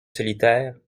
solitaires